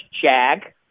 JAG